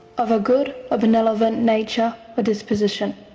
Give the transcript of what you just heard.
of a good or benevolent nature or disposition.